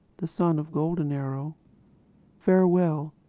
the son of golden arrow farewell,